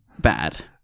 bad